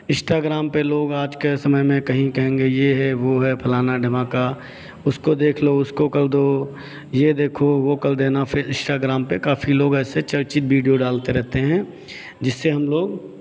Instagram पे लोग आज के समय में कहीं कहेंगे ये है वो है फलाना ढेमाका उसको देख लो उसको कर दो ये देखो वो कर देना फिर इंस्टाग्राम पे काफ़ी लोग ऐसे चर्चित वीडियो डालते रहते हैं जिससे हम लोग